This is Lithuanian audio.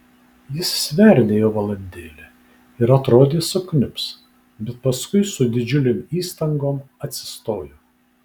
jis sverdėjo valandėlę ir atrodė sukniubs bet paskui su didžiulėm įstangom atsistojo